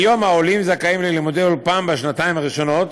היום העולים זכאים ללימודי אולפן בשנתיים הראשונות,